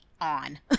on